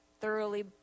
thoroughly